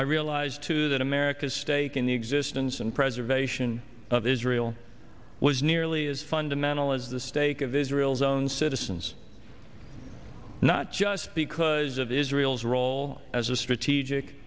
i realized too that america's stake in the existence and preservation of israel was nearly as fundamental as the stake of israel's own citizens not just because of israel's role as a strategic